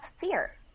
fear